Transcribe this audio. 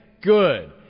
Good